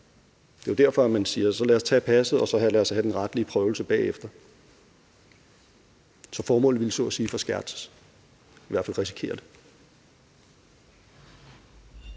Det er jo derfor, man siger: Lad os tage passet og så tage den retlige prøvelse bagefter. Ellers ville formålet så at sige forskertses eller i hvert fald risikere at